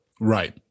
right